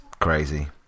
crazy